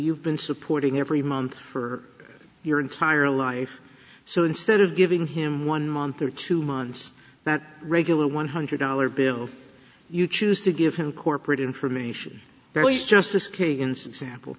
you've been supporting every month for your entire life so instead of giving him one month or two months that regular one hundred dollar bill you choose to give him corporate information